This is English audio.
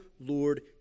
Lord